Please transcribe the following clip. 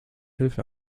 hilfe